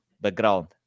background